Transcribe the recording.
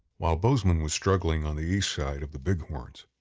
while bozeman was struggling on the east side of the bighorns,